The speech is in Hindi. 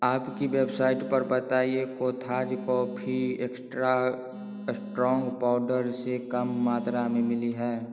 आपकी वेबसाइट पर बताइए Cothas coffee extra strong powder से कम मात्रा में मिली है